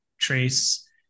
Trace